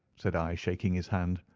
said i, shaking his hand.